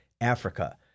Africa